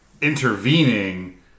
intervening